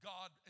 God